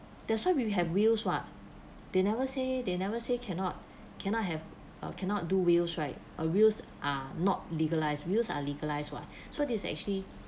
that's why we we have wills what they never say they never say cannot cannot have a cannot do wills right uh wills are not legalized wills are legalised what so this is actually